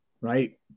right